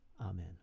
Amen